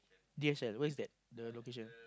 D_F_S where is that the location